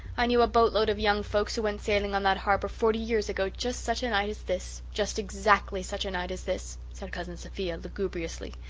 i knew of a boat load of young folks who went sailing on that harbour forty years ago just such a night as this just exactly such a night as this, said cousin sophia lugubriously,